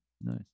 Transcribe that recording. Nice